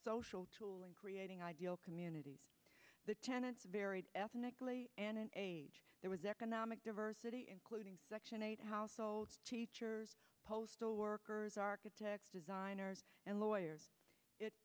social tool in creating ideal communities the tenants varied ethnically and an age there was economic diversity including section eight house teachers postal workers architects designers and lawyers